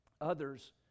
others